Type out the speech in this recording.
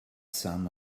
some